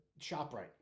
ShopRite